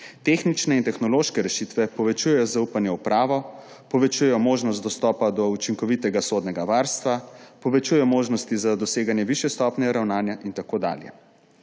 Tehnične in tehnološke rešitve povečujejo zaupanje v pravo, povečujejo možnost dostopa do učinkovitega sodnega varstva, povečujejo možnosti za doseganje višje stopnje ravnanja in tako dalje.